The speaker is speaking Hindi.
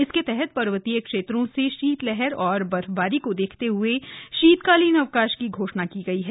इसके तहत पर्वतीय क्षेत्रों से शीतलहर और बर्फबारी को देखते हुए शीतकालीन अवकाश की घोषणा की गई है